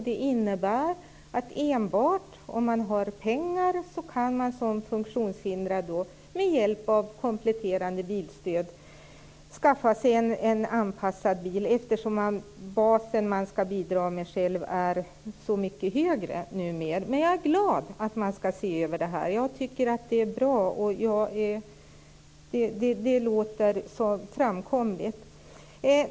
Det innebär att det enbart är de funktionshindrade som har pengar som kan skaffa sig en anpassad bil med hjälp av kompletterande bilstöd eftersom den bas man skall bidra med själv är så mycket högre numera. Men jag är glad att man skall se över detta. Jag tycker att det är bra. Det låter som en framkomlig väg.